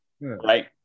right